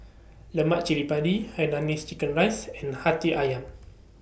Lemak Cili Padi Hainanese Chicken Rice and Hati Ayam